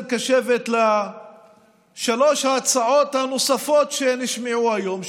קשבת לשלוש ההצעות הנוספות שנשמעו היום,